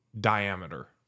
diameter